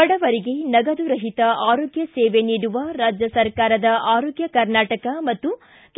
ಬಡವರಿಗೆ ನಗದು ರಹಿತ ಆರೋಗ್ಯ ಸೇವೆ ನೀಡುವ ರಾಜ್ಯ ಸರ್ಕಾರದ ಆರೋಗ್ಯ ಕರ್ನಾಟಕ ಮತ್ತು